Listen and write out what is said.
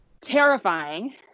Terrifying